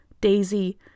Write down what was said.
Daisy